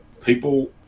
people